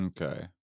Okay